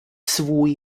svůj